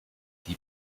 die